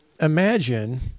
imagine